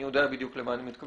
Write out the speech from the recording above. אני יודע בדיוק למה אני מפנה,